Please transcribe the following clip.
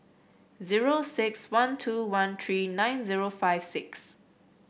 zero six one two one three nine zero five six